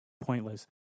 pointless